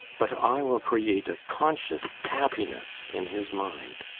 but i will create a conscious happiness in his mind.